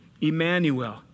Emmanuel